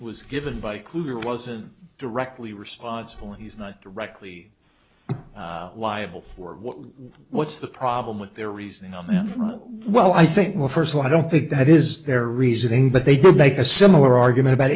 was given by clear wasn't directly responsible and he's not directly liable for what's the problem with their reasoning on the well i think well firstly i don't think that is their reasoning but they did make a similar argument about